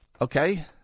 Okay